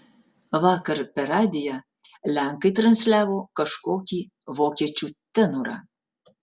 vakar per radiją lenkai transliavo kažkokį vokiečių tenorą